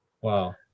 Wow